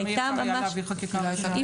למה אי אפשר היה להעביר חקיקה ראשית?